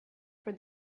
for